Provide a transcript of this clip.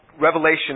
Revelation